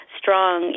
strong